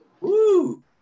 Woo